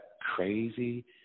crazy